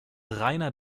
rainer